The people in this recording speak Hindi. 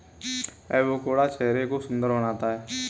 एवोकाडो चेहरे को सुंदर बनाता है